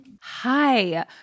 Hi